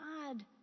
God